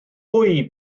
hwy